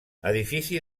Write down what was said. edifici